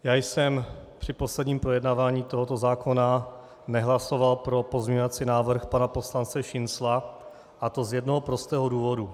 Já jsem při posledním projednávání tohoto zákona nehlasoval pro pozměňovací návrh pana poslance Šincla, a to z jednoho prostého důvodu.